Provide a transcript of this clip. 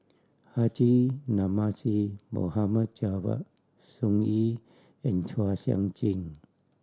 Haji Namazie Mohd Javad Sun Yee and Chua Sian Chin